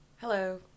Hello